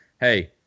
Hey